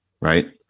right